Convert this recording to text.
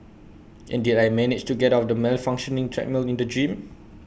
and did I manage to get off the malfunctioning treadmill in the gym